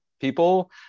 people